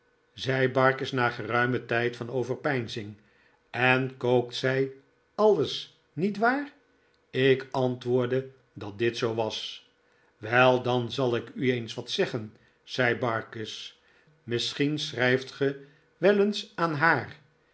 zei barkis na een geruimen tijd van overpeinzing en kookt zij alles niet waar ik antwoordde dat dit zoo was wel dan zal ik u eens wat zeggen zei barkis misschien schrijft ge wel eens aan haar